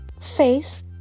faith